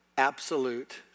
absolute